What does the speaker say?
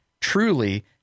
truly